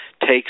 takes